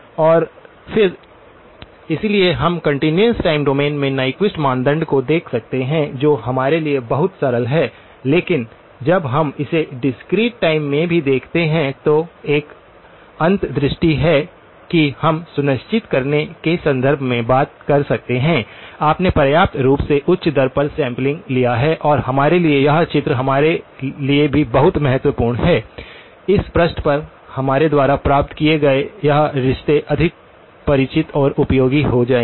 और फिर इसलिए हम कंटीन्यूअस टाइम डोमेन में न्यक्विस्ट मानदंड को देख सकते हैं जो हमारे लिए बहुत सरल है लेकिन जब हम इसे डिस्क्रीट टाइम में भी देखते हैं तो एक अंतर्दृष्टि है कि हम सुनिश्चित करने के संदर्भ में बात कर सकते हैं आपने पर्याप्त रूप से उच्च दर पर सैंपलिंग लिया है और हमारे लिए यह चित्र हमारे लिए भी बहुत महत्वपूर्ण है इस पृष्ठ पर हमारे द्वारा प्राप्त किए गए यह रिश्ते अधिक परिचित और उपयोगी हो जाएंगे